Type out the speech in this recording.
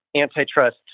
antitrust